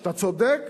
אתה צודק